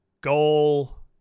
goal